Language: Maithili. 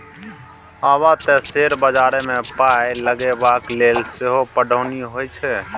आब तँ शेयर बजारमे पाय लगेबाक लेल सेहो पढ़ौनी होए छै